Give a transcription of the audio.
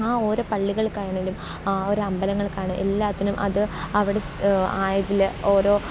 ആ ഓരോ പള്ളികൾക്കാണേലും ആ ഒരു അമ്പലങ്ങൾക്കാണെങ്കിലും എല്ലാത്തിനും അത് അവിടെ ആയതിൽ ഓരോ